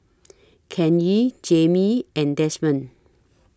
Kanye Jaimee and Desmond